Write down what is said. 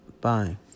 Bye